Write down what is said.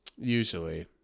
usually